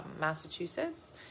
Massachusetts